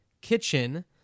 kitchen